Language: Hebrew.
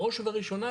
בראש ובראשונה,